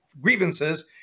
grievances